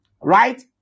right